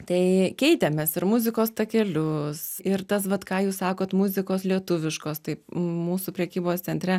tai keitėm mes ir muzikos takelius ir tas vat ką jūs sakot muzikos lietuviškos taip mūsų prekybos centre